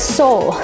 soul